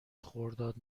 خرداد